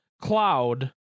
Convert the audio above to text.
cloud